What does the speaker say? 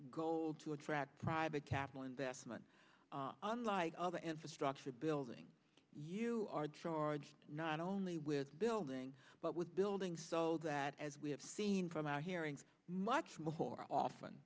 attract private capital investment like other infrastructure building you are george not only with building but with building so that as we have seen from our hearings much more often